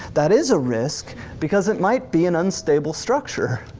that is a risk because it might be an unstable structure.